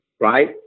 right